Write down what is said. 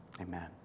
Amen